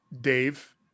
Dave